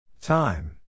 Time